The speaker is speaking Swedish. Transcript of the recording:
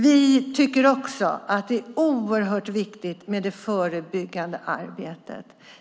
Vi tycker också att det är oerhört viktigt med det förebyggande arbetet.